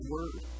Word